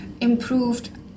improved